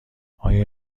آیا